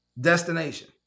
destination